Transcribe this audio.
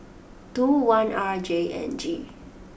two one R J N G